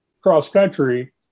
cross-country